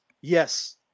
Yes